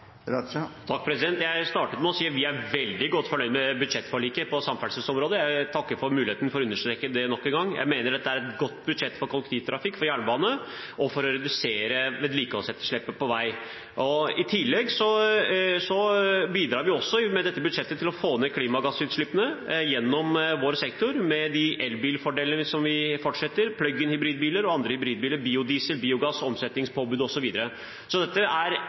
Jeg startet med å si at vi er veldig godt fornøyd med budsjettforliket på samferdselsområdet – jeg takker for muligheten til å understreke det nok en gang. Jeg mener dette er et godt budsjett for kollektivtrafikk, for jernbane og for å redusere vedlikeholdsetterslepet på vei. I tillegg bidrar vi med dette budsjettet til å få ned klimagassutslippene i vår sektor – gjennom elbilfordelene som vi fortsetter med, gjennom «plug in»-hybridbiler og andre hybridbiler, gjennom biodiesel, biogass, omsetningspåbud osv. Så dette er